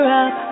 up